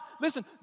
listen